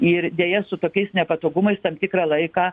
ir deja su tokiais nepatogumais tam tikrą laiką